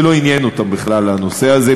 זה לא עניין אותם בכלל הנושא הזה,